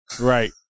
Right